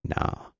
No